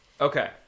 Okay